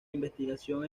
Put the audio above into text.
investigación